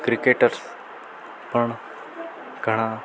cricketer પણ ઘણાં